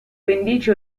pendici